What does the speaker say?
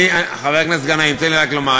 חבר הכנסת גנאים, תן לי רק לומר,